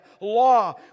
law